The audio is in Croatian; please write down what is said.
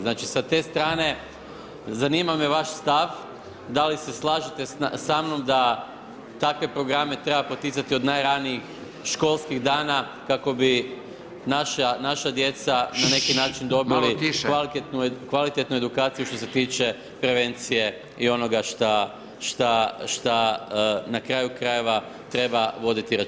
Znači, sa te strane zanima me vaš stav da li se slažete sa mnom da takve programe treba poticati od najranijih školskih dana kako bi naša djeca na neki način dobili kvalitetnu edukaciju što se tiče prevencije i onoga šta na kraju krajeva treba voditi računa.